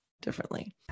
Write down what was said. differently